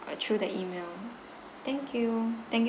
uh through the email thank you thank you